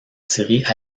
séries